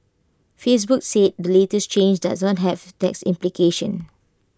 Facebook said the latest change does not have tax implications